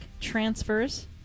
transfers